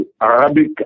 Arabic